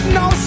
no